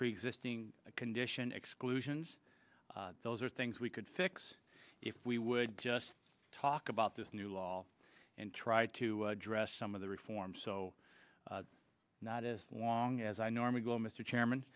pre existing condition exclusions those are things we could fix if we would just talk about this new law and try to address some of the reforms so not as long as i normally go mr chairman